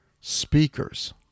speakers